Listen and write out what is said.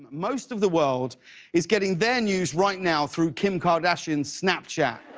most of the world is getting their news right now through kim kardashian's snapchat.